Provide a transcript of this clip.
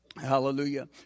Hallelujah